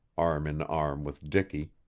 arm in arm with dicky.